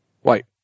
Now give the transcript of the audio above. White